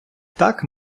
так